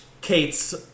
Kate's